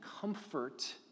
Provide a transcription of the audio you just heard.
comfort